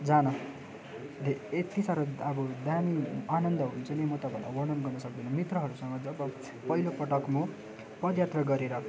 जान धे यत्ति साह्रो अब दामी आनन्द हुन्छ नि म तपाईँलाई वर्णन गर्न सक्दिनँ मित्रहरूसँग जब पहिलोपटक म पदयात्रा गरेर